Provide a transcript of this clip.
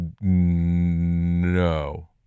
No